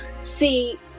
See